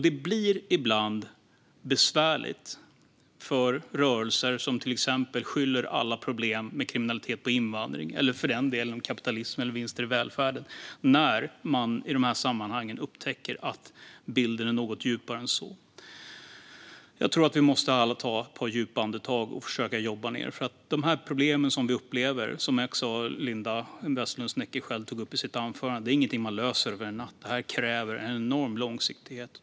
Det blir ibland besvärligt för rörelser som till exempel skyller alla problem med kriminalitet på invandring, eller för den delen på kapitalism eller vinster i välfärden, när man i dessa sammanhang upptäcker att bilden är något djupare än så. Jag tror att vi alla måste ta ett par djupa andetag och försöka jobba ned detta. De problem vi upplever, och som Linda Westerlund Snecker själv tog upp i sitt anförande, är nämligen inget man löser över en natt. Detta kräver en enorm långsiktighet.